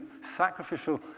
sacrificial